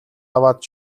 аваад